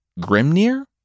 Grimnir